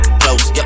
close